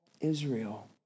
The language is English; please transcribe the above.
Israel